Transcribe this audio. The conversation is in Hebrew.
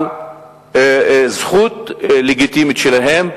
על זכות לגיטימית שלהם.